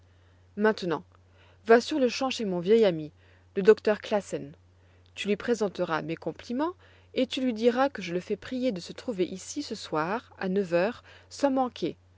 maintenant va sur-le-champ chez mon vieil ami le docteur classen tu lui présenteras mes compliments et tu lui diras que je le fais prier de se trouver ici ce soir à neuf heures sans manquer